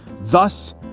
thus